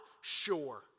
Sure